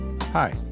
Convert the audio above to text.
Hi